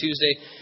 Tuesday